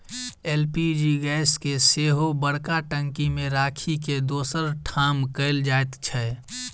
LPG gas के सेहो बड़का टंकी मे राखि के दोसर ठाम कयल जाइत छै